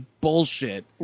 bullshit